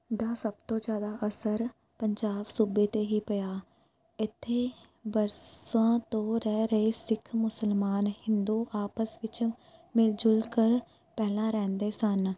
ਦਾ ਸਭ ਤੋਂ ਜ਼ਿਆਦਾ ਅਸਰ ਪੰਜਾਬ ਸੂਬੇ 'ਤੇ ਹੀ ਪਿਆ ਇੱਥੇ ਬਰਸਾਂ ਤੋਂ ਰਹਿ ਰਹੇ ਸਿੱਖ ਮੁਸਲਮਾਨ ਹਿੰਦੂ ਆਪਸ ਵਿੱਚ ਮਿਲ ਜੁਲ ਕਰ ਪਹਿਲਾਂ ਰਹਿੰਦੇ ਸਨ